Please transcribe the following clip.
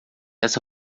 essa